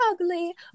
ugly